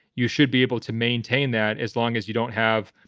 you should be able to maintain that as long as you don't have,